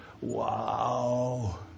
Wow